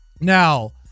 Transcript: Now